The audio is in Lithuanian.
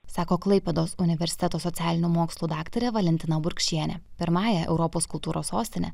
sako klaipėdos universiteto socialinių mokslų daktarė valentina burkšienė pirmąja europos kultūros sostine